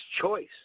choice